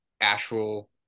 actual